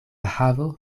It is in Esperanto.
havo